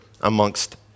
amongst